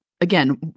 Again